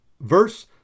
verse